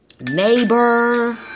neighbor